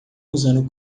usando